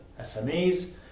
SMEs